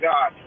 God